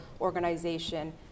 organization